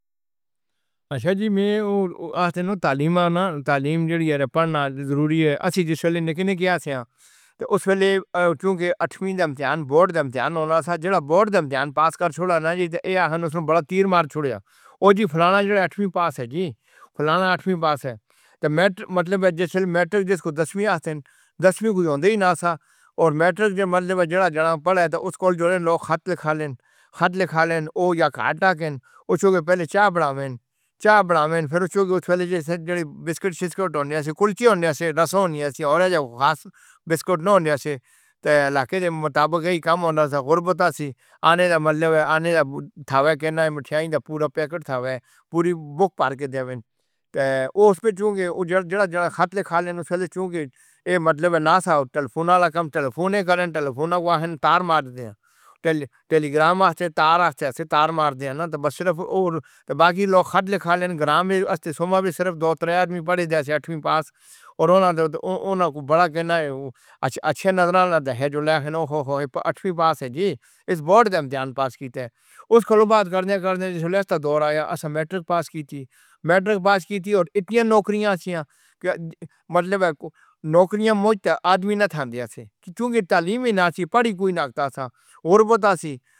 اچھا جی میں اور آپ نے تو تعلیم والی تعلیم ضروری ہے۔ اسی جس ویلے نکل گیا تھا۔ اُس ویلے کیونکہ آٹھویں کے امتحان بورڈ کے امتحان ہونا تھا جو بورڈ کے امتحان پاس کر لینا۔ جو تیرا ہے اُس میں بڑا تیر مار چھوڑ۔ وہ فلاں جو آٹھویں پاس ہے جی، فلاں آٹھویں پاس ہے تو مطلب میٹرک جس کو دسویں آسان دسویں ہوتی نا تھا۔ اور میٹرک کے مطلب جو پڑھے تو اُس کول جُڑے لوگ۔ خط لکھا لین خط لکھا لین-ا-یا کارڈ لگا دے اُسی کے پہلے چائے بناؤے۔ چائے بناؤے پھر اُسی کے اُس ویلے جیسے جڑی بسکٹ شسکوت ہونڈے ہاں۔ سے کلچی ہونی تھی، رس ہونی تھی، اور کوئی خاص بسکٹ نہیں ہونڈے تھے۔ تاکہ مُطابق کم ہونا تھا۔ غریبی تھی۔ آنے کا مطلب ہے آنے کا دھاوا کہنا مٹھائی کا پورا پیکٹ تھا وہ پوری بُک بھر کے دےوے۔ تو اُس میں کیونکہ زیادہ خط لکھا لینے کے بعد، کیونکہ یہ مطلب نا ٹیلیفون والا کام ٹیلیفون ہے۔ کتنے ٹیلیفون کو تار مار دے تے ہیں۔ ٹیلیگرام تار آتے تار مار دے نا تو بس صرف اور باقی لوگ خط لکھ لینے گرام میں سوموار کو صرف دو تین آدمی پڑے ہوئے تھے پاس اور اُنہوں نے اُن کو بڑا کہنا اچھے نظر آنے پر ہے جو لیکھن اوہو ہو ہی آٹھویں پاس ہے۔ جی اِس بورڈ نے امتحان پاس کی تھے۔ اُس کے بعد کرنے کرنے کا دور آیا۔ میٹرک پاس کی تھی، میٹرک پاس کی تھی اور اِتنی نوکریاں تھیں کہ مطلب نوکریاں مجھ سے آدمی نہیں تھا کیونکہ تعلیم ہی نا تھی۔ بڑی کوئی ناک تا تھا، غریب تھا۔